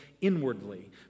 inwardly